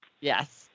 Yes